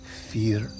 Fear